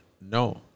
No